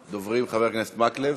6444,